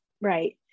Right